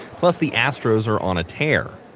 plus, the astros are on a tear.